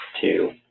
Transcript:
two